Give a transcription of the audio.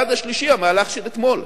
הצעד השלישי, המהלך של אתמול,